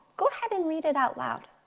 go ahead and read it out loud.